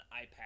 iPad